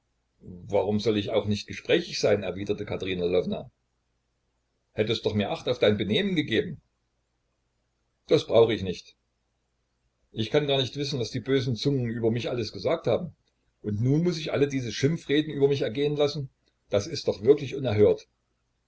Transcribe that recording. warum soll ich auch nicht gesprächig sein erwiderte katerina lwowna hättest doch mehr acht auf dein benehmen gegeben das brauche ich nicht ich kann gar nicht wissen was die bösen zungen über mich alles gesagt haben und nun muß ich alle diese schimpfreden über mich ergehen lassen das ist doch wirklich unerhört